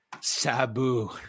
Sabu